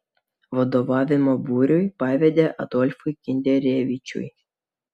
vadovavimą būriui pavedė adolfui kinderevičiui